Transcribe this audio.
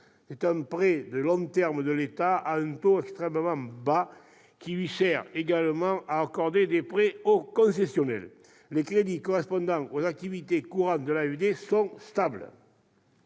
», prêt de long terme de l'État à un taux extrêmement bas qui lui sert également à accorder des prêts concessionnels. Les crédits correspondant aux activités courantes de l'AFD sont stables.